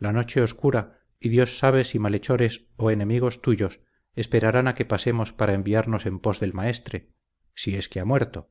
la noche oscura y dios sabe si malhechores o enemigos tuyos esperarán a que pasemos para enviarnos en pos del maestre si es que ha muerto